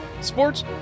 sports